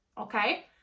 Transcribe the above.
Okay